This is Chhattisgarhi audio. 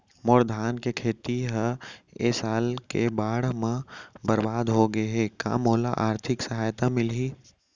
मोर धान के खेती ह ए साल के बाढ़ म बरबाद हो गे हे का मोला आर्थिक सहायता मिलही?